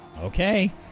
Okay